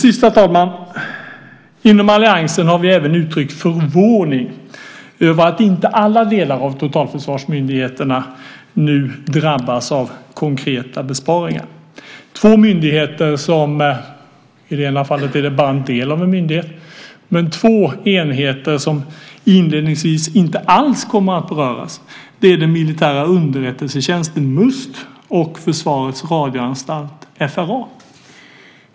Slutligen, herr talman, har vi inom alliansen uttryckt förvåning över att inte alla delar av totalförsvarsmyndigheterna nu drabbas av konkreta besparingar. Två myndigheter - i det ena fallet är det endast en del av en myndighet - två enheter, som inledningsvis inte alls kommer att beröras är den militära underrättelsetjänsten, Must, och Försvarets radioanstalt, FRA.